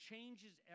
changes